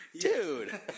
Dude